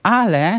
ale